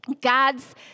God's